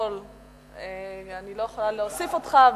אני לא יכולה להוסיף אותך,